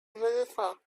melissa